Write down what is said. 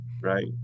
right